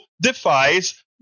defies